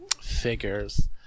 figures